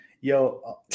Yo